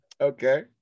Okay